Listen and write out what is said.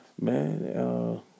man